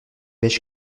beige